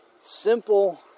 simple